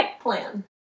plan